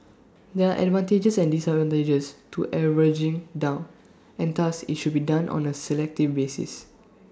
there are advantages and disadvantages to averaging down and thus IT should be done on A selective basis